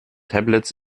tablets